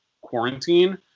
quarantine